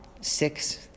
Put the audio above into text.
six